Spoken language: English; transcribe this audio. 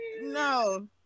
No